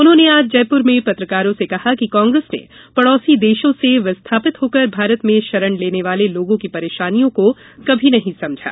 उन्होंने आज जयपुर में पत्रकारों से कहा कि कांग्रेस ने पड़ौसी देशों से विस्थापित होकर भारत में शरण लेने वाले लोगों की परेशानियों को कभी नहीं समझा